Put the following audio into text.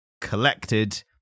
collected